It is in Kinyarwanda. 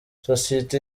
sosiyete